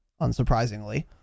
unsurprisingly